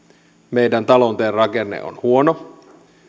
meidän talouden rakenne on huono